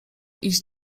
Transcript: iść